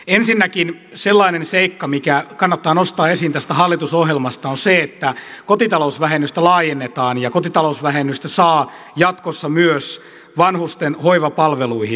ensinnäkin sellainen seikka mikä kannattaa nostaa esiin tästä hallitusohjelmasta on se että kotitalousvähennystä laajennetaan ja kotitalousvähennystä saa jatkossa myös vanhusten hoivapalveluihin